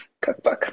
cookbook